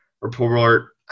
report